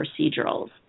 procedurals